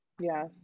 Yes